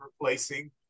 replacing